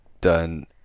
done